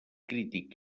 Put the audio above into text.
crític